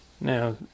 Now